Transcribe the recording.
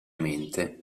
mente